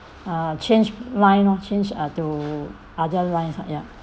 uh change line lor change uh to other lines lah ya